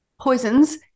poisons